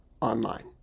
online